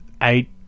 eight